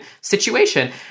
situation